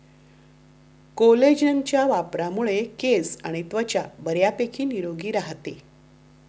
कोलेजनच्या वापरामुळे केस आणि त्वचा बऱ्यापैकी निरोगी राहते